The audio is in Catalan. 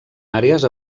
àrees